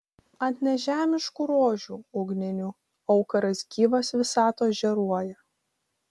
ant nežemiškų rožių ugninių aukuras gyvas visatos žėruoja